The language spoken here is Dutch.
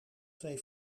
twee